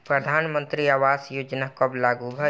प्रधानमंत्री आवास योजना कब लागू भइल?